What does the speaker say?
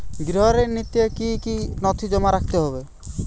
গৃহ ঋণ নিতে কি কি নথি জমা রাখতে হবে?